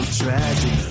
tragic